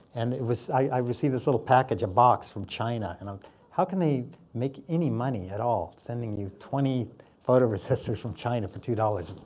and i received this little package, a box, from china. and um how can they make any money at all sending you twenty photo resistors from china for two dollars?